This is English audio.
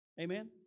Amen